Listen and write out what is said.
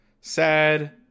sad